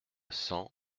cent